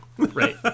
Right